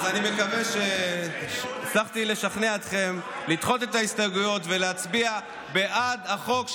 אני מקווה שהצלחתי לשכנע אתכם לדחות את ההסתייגויות ולהצביע בעד החוק,